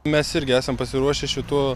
mes irgi esam pasiruošę šituo